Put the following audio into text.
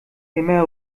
immer